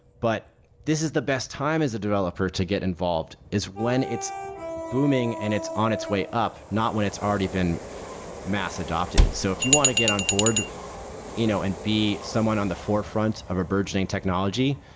but this is the best time as a developer to get involved, is when it's booming and it's on its way up, not when it's already been mass adopted. so if you want to get onboard you know and be someone on the forefront of a burgeoning technology,